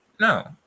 no